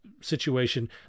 situation